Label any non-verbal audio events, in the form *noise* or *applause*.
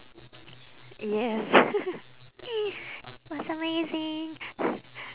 yes *noise* that's amazing